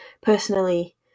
personally